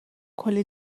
کلی